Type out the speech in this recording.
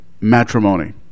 matrimony